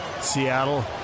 Seattle